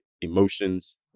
emotions